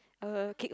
a kick